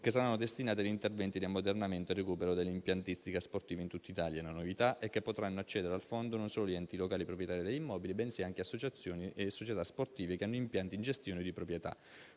che saranno destinati a interventi di ammodernamento e recupero dell'impiantistica sportiva in tutta Italia. La novità è che potranno accedere al fondo non solo gli enti locali proprietari degli immobili, bensì anche associazioni e società sportive che hanno impianti in gestione o di proprietà.